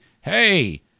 Hey